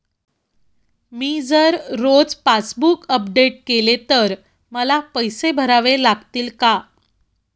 मी जर रोज passbook update केले तर मला पैसे भरावे लागतील का?